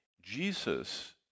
Jesus